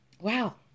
Wow